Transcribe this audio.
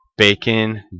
Bacon